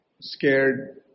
scared